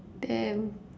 damn